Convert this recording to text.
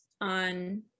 on